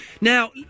Now